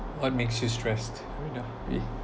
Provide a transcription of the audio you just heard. what makes you stress reina